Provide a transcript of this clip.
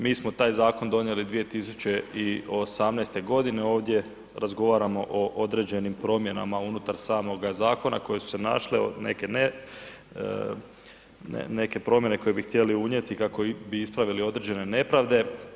Mi smo taj zakon donijeli 2018. godine, ovdje razgovaramo o određenim promjenama unutar samoga zakona koje su se našle, neke promjene koje bi htjeli unijeti kako bi ispravili određene nepravde.